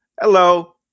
Hello